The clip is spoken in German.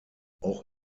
auch